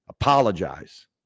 apologize